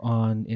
on